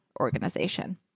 organization